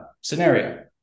scenario